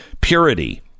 Purity